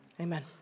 Amen